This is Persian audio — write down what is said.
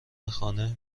خانه